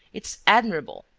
it's admirable!